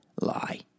lie